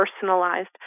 personalized